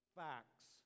facts